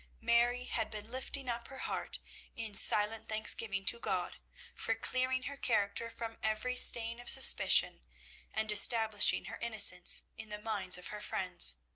mary had been lifting up her heart in silent thanksgiving to god for clearing her character from every stain of suspicion and establishing her innocence in the minds of her friends.